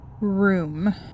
room